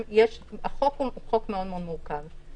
החוק הוא חוק מאוד מאוד מורכב.